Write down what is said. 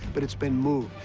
but it's been moved.